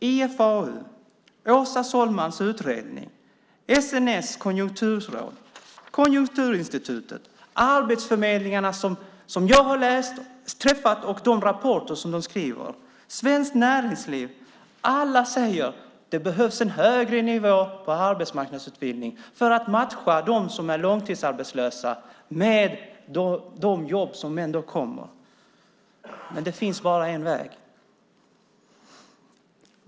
IFAU, Åsa Sohlmans utredning, SNS konjunkturråd, Konjunkturinstitutet, arbetsförmedlingarna som jag har träffat och de rapporter som de skriver, Svenskt Näringsliv - alla säger att det behövs en högre nivå på arbetsmarknadsutbildning för att matcha dem som är långtidsarbetslösa med de jobb som ändå kommer. Men det finns bara en väg.